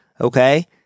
Okay